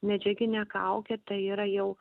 medžiaginę kaukę tai yra jau